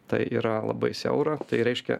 tai yra labai siaura tai reiškia